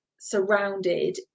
surrounded